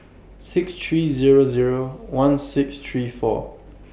six three Zero Zero one six three four